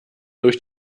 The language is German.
durch